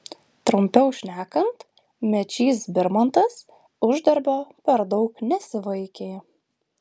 trumpiau šnekant mečys birmantas uždarbio per daug nesivaikė